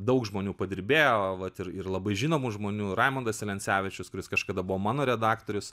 daug žmonių padirbėjo vat ir ir labai žinomų žmonių raimundas celencevičius kuris kažkada buvo mano redaktorius